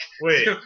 Wait